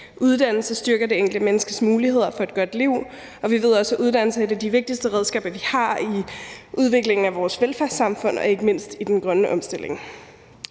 uddannelse styrker det enkelte menneskes muligheder for et godt liv, og vi ved også, at uddannelse er et af de vigtigste redskaber, vi har, i udviklingen af vores velfærdssamfund og ikke mindst i den grønne omstilling.